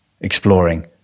exploring